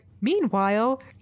Meanwhile